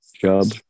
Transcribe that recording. job